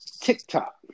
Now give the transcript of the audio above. TikTok